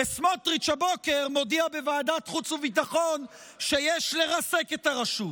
סמוטריץ' הבוקר הודיע בוועדת חוץ וביטחון שיש לרסק את הרשות.